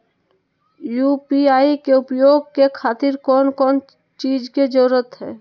UPI के उपयोग के खातिर कौन कौन चीज के जरूरत है?